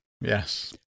yes